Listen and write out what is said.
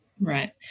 Right